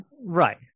Right